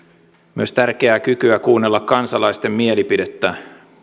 myös tärkeää kykyä kuunnella kansalaisten mielipidettä